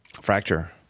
fracture